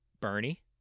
Bernie